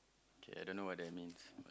kay I don't know whether it means